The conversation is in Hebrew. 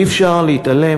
אי-אפשר להתעלם,